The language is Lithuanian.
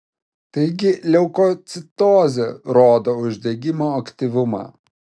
taigi leukocitozė rodo uždegimo aktyvumą